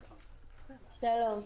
שלום.